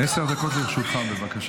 דקות לרשותך.